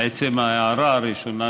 בעצם ההערה הראשונה,